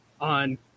on